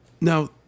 Now